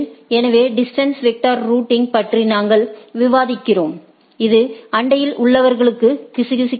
எனவே distance vector routing பற்றி நாங்கள் விவாதிக்கிறோம் இது அண்டையில் உள்ளவைகளுக்கு கிசுகிசுக்கிறது